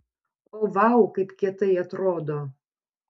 o vau kaip kietai atrodo